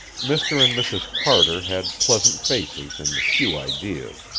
mr. and mrs. carter had pleasant faces and few ideas,